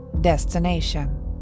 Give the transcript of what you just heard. destination